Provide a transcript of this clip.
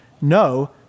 No